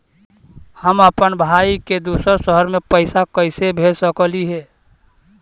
हम अप्पन भाई के दूसर शहर में पैसा कैसे भेज सकली हे?